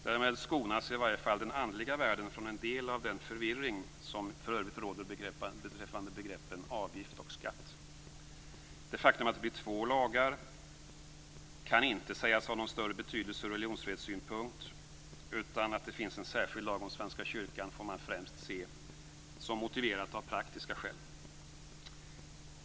Därmed skonas i varje fall den andliga världen från en del av den förvirring som för övrigt råder beträffande begreppen avgift och skatt. Det faktum att det blir två lagar kan inte sägas ha någon större betydelse ur religionsfrihetssynpunkt. Att det finns en särskild lag om svenska kyrkan får man främst se som motiverat av praktiska skäl.